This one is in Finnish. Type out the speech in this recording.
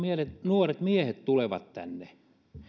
nuoret miehet tulevat tänne